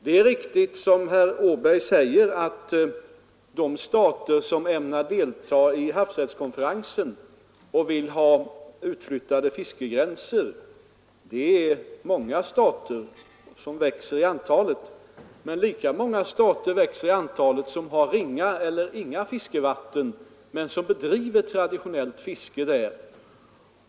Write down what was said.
Det är riktigt, som herr Åberg säger, att de stater som ämnar delta i havsrättskonferensen och som vill ha fiskegränserna utflyttade är många och växer i antal. Men det finns ett lika stort — och växande — antal stater som har ringa eller inga fiskevatten, men som bedriver traditionellt fiske där.